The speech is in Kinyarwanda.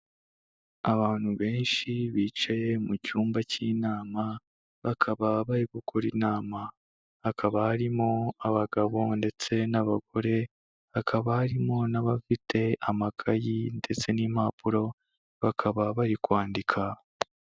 Abantu benshi bicaye mu cyumba cy'inama bakaba bari gukora inama, hakaba harimo abagabo ndetse n'abagore, hakaba harimo n'abafite amakayi ndetse n'impapuro bakaba bari kwandika.